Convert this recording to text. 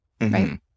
right